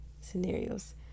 scenarios